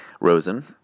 Rosen